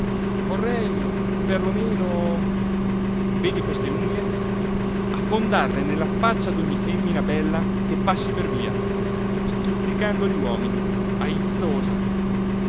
lo meno vedi queste unghie affondarle nella faccia d'ogni femmina bella che passi per via stuzzicando gli uomini